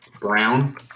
brown